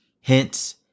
hence